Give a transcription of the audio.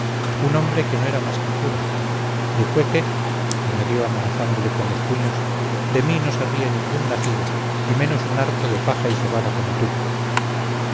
un hombre que no era más que cura trijueque añadió amenazándole con los puños de mí no se ríe ningún nacido y menos un harto de paja y cebada como tú